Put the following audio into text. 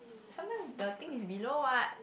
sometimes the things is below what